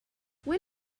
when